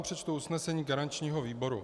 Přečtu vám usnesení garančního výboru.